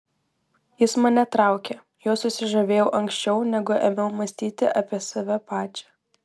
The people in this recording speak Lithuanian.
jis mane traukė juo susižavėjau anksčiau negu ėmiau mąstyti apie save pačią